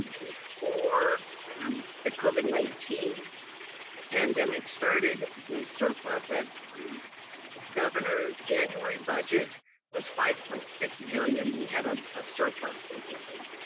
before um the covid nineteen pandemic started, the surplus at the governor's january budget was five point six billion, we had a ah surplus, basically.